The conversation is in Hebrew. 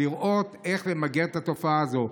לראות איך למגר את התופעה הזאת.